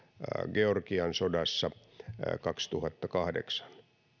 georgian sodassa kaksituhattakahdeksan